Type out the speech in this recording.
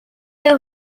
est